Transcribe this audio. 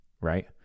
right